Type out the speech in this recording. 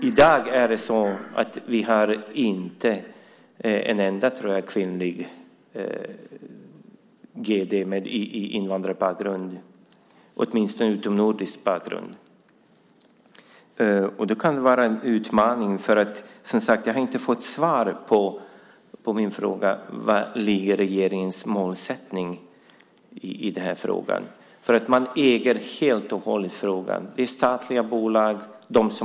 I dag har vi inte, tror jag, en enda kvinnlig gd med invandrarbakgrund, åtminstone inte med utomnordisk bakgrund. Det kan vara en utmaning. Jag har inte fått svar på min fråga var regeringens målsättning ligger i den här frågan. Man äger helt och hållet frågan - det är statliga bolag.